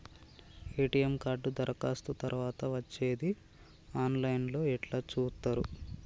ATM card దరఖాస్తు తరువాత వచ్చేది ఆన్ లైన్ లో ఎట్ల చూత్తరు?